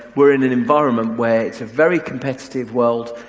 we're in an environment where it's a very competitive world.